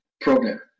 problem